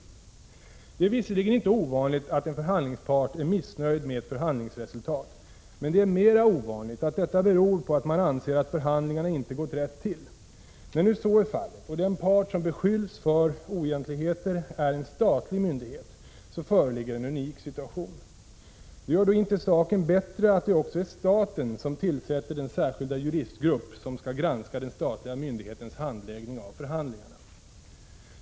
Det är visserligen inte ovanligt att en förhandlingspart är missnöjd med ett förhandlingsresultat, men det är mera ovanligt att detta beror på att man anser att förhandlingarna inte gått rätt till. När nu så är fallet och den part som beskylls för oegentligheter är en statlig myndighet föreligger en unik situation. Det gör då inte saken bättre att det också är staten som tillsätter den särskilda juristgrupp som skall granska den statliga myndighetens handläggning av förhandlingarna.